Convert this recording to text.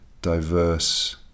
diverse